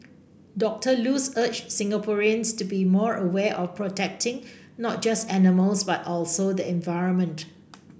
Doctor Luz urged Singaporeans to be more aware of protecting not just animals but also the environment